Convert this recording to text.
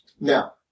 Now